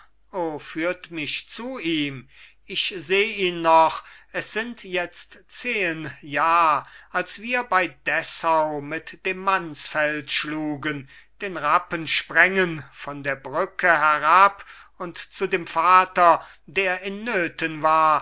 führt mich zu ihm ich seh ihn noch es sind jetzt zehen jahr als wir bei dessau mit dem mansfeld schlugen den rappen sprengen von der brücke herab und zu dem vater der in nöten war